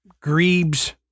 grebes